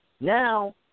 Now